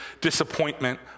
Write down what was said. disappointment